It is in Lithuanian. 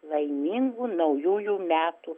laimingų naujųjų metų